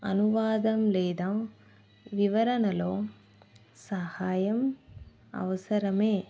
అనువాదం లేదా వివరణలో సహాయం అవసరమే